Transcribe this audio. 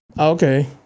Okay